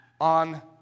on